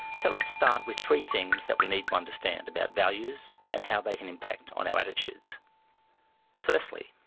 so let's start with three things that we need to understand about values and how they can impact on our attitudes firstly,